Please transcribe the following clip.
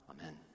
Amen